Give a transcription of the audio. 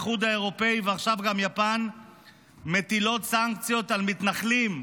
האיחוד האירופי ועכשיו גם יפן מטילות סנקציות על מתנחלים.